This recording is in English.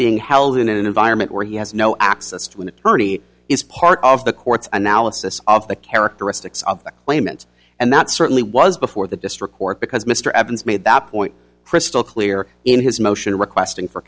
being held in an environment where he has no access to an attorney is part of the court's analysis of the characteristics of the claimant and that certainly was before the district court because mr evans made that point crystal clear in his motion requesting for